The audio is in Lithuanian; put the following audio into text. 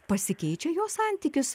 pasikeičia jo santykis